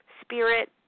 spirit